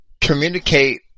communicate